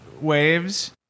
waves